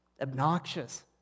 obnoxious